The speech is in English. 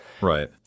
Right